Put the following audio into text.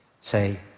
Say